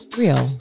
real